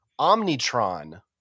Omnitron